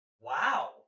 Wow